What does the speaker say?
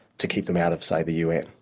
to keep them out of, say, the un.